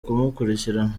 kumukurikirana